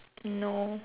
no